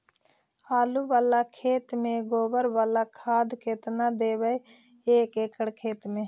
आलु बाला खेत मे गोबर बाला खाद केतना देबै एक एकड़ खेत में?